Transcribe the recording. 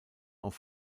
auf